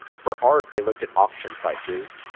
for art, they looked at auction prices.